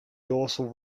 dorsal